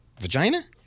Vagina